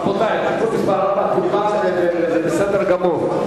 רבותי, תיקון מס' 4 אושר, וזה בסדר גמור.